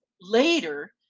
later